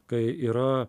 kai yra